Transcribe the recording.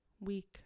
week